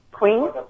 Queen